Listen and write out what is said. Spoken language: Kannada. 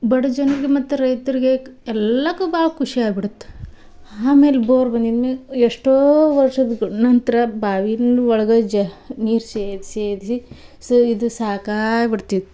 ಬಡ್ ಜನಕ್ಕೆ ಮತ್ತು ರೈತರಿಗೆ ಎಲ್ಲಕ್ಕೂ ಭಾಳ ಖುಷಿ ಆಗ್ಬಿಡ್ತು ಆಮೇಲೆ ಬೋರ್ ಬಂದಿದ್ಮೇಲೆ ಎಷ್ಟೋ ವರ್ಷದ ನಂತರ ಬಾವಿ ಒಳಗೆ ಜ್ ನೀರು ಸೇದಿ ಸೇದಿ ಸು ಇದು ಸಾಕಾಗ್ಬಿಡ್ತಿತ್ತು